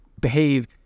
behave